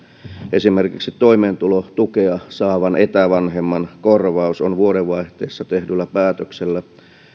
esimerkiksi toimeentulotukea saavan etävanhemman korvausta on vuodenvaihteessa tehdyllä päätöksellä